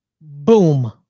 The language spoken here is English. Boom